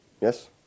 Yes